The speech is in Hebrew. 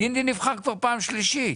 גינדי נבחר כבר פעם שלישית.